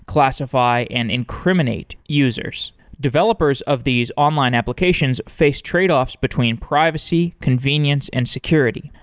classify, and incriminate users. developers of these online applications face tradeoffs between privacy, convenience and security.